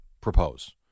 propose